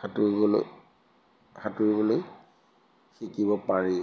সাঁতুৰিবলৈ সাঁতুৰিবলৈ শিকিব পাৰি